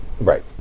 Right